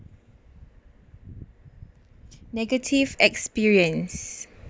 negative experience